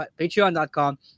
patreon.com